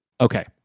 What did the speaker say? okay